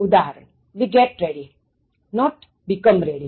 ઉદાહરણ We get ready not become ready